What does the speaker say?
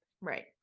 Right